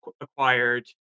acquired